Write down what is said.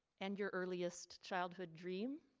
and your earliest childhood dream